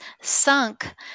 sunk